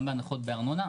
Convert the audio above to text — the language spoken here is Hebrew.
גם בהנחות בארנונה,